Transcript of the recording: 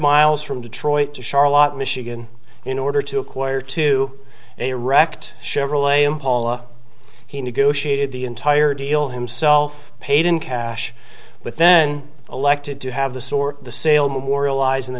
miles from detroit to charlotte michigan in order to acquire to erect chevrolet impala he negotiated the entire deal himself paid in cash but then elected to have the store the sale memorialized in the